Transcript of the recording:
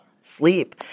sleep